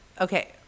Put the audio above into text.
Okay